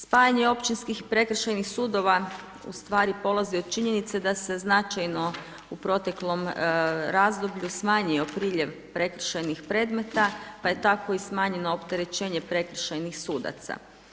Spajanje općinskih i prekršajnih sudova ustvari polazi od činjenice da se značajno u proteklom razdoblju smanjio priljev prekršajnih predmeta pa je tako i smanjeno opterećenje prekršajnih sudaca.